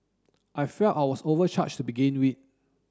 I felt I was overcharged to begin with